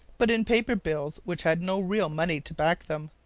but in paper bills which had no real money to back them,